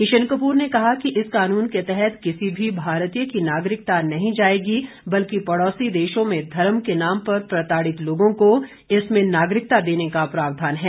किशन कपूर ने कहा कि इस कानून के तहत किसी भी भारतीय की नागरिकता नहीं जाएगी बल्कि पड़ौसी देशों में धर्म के नाम पर प्रताड़ित लोगों को इसमें नागरिकता देने का प्रावधान है